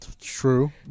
True